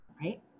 right